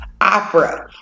opera